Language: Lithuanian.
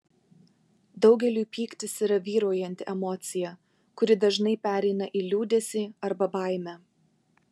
daugeliui pyktis yra vyraujanti emocija kuri dažnai pereina į liūdesį arba baimę